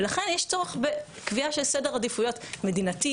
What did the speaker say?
ולכן יש צורך בקביעה של סדר עדיפויות מדינתי,